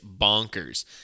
bonkers